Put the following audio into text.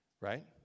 Right